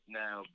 now